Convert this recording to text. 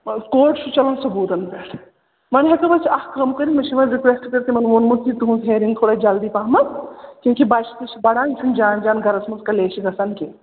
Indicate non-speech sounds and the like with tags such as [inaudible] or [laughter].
[unintelligible] کوٹ چھِ چَلان ثبوٗتَن پٮ۪ٹھ وۄنۍ ہٮ۪کَو أسۍ اَکھ کٲم کٔرِتھ مےٚ چھُ وۄنۍ رُکوٮ۪سٹ کٔرِتھ یِمَن ووٚنمُت ہِیَرِنٛگ تھوڑا جلدی پَہمَتھ کیونٛکہِ بَچہِ تہِ چھِ بَڑان یہِ چھُنہٕ جان جان گَرَس منٛز کَلیش چھِ گژھان کینٛہہ